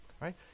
right